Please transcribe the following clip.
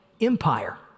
Empire